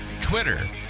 Twitter